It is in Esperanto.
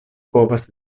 povas